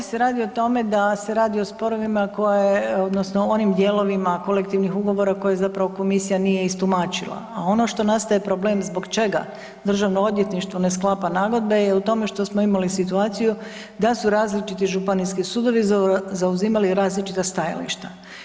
Ovdje se radi, s obzirom da se radi o sporovima koja je odnosno onim dijelovima kolektivnih ugovora koje zapravo komisija nije istumačila a ono što nastaje problem zbog čega Državno odvjetništvo ne sklapa nagodbe je u tome što smo imali situaciju da su različiti županijski sudovi zauzimali različita stajališta.